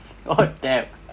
oh damn